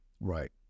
Right